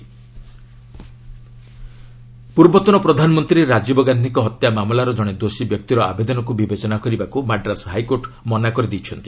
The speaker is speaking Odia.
ମାଡ୍ରାସ୍ ଏଚ୍ସି ରାଜୀବ ଗାନ୍ଧି ପୂର୍ବତନ ପ୍ରଧାନମନ୍ତ୍ରୀ ରାଜୀବ ଗାନ୍ଧିଙ୍କ ହତ୍ୟା ମାମଲାର ଜଣେ ଦୋଷୀ ବ୍ୟକ୍ତିର ଆବେଦନକୁ ବିବେଚନା କରିବାକୁ ମାଡ୍ରାସ୍ ହାଇକୋର୍ଟ ମନା କରିଦେଇଛନ୍ତି